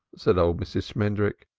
said old mrs. shmendrik,